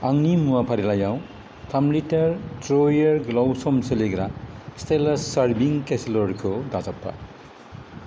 आंनि मुवा फारिलाइयाव थाम लिटार त्रुवेयार गोलाव सम सोलिग्रा स्टाइलास सार्विं केसेरलखौ दाजाबफा